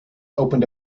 opened